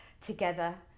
together